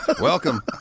welcome